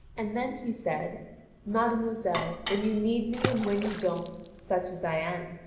and then he said mademoiselle, when you need me and when you don't, such as i am,